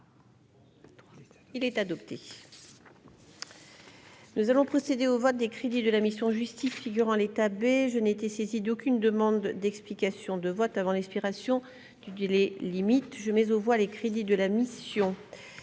Il est adopté. Nous allons procéder au vote des crédits de la mission Justice figurant l'état B je n'ai été saisi d'aucune demande d'explication de vote avant l'expiration du délai limite je mais on voit les crédits de la mission, j'ai